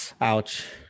ouch